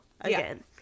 again